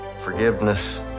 Forgiveness